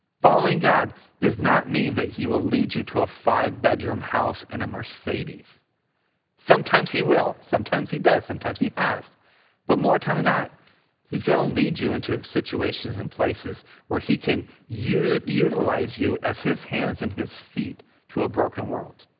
following god does not mean that he will lead you to a five-bedroom house and a mercedes sometimes he will sometimes he does sometimes he has but more times not he's gonna lead you into situations in places where he can utilize you as his hands in his feet to a broken world.